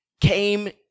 came